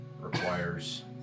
requires